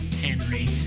Henry